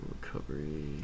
recovery